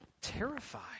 terrified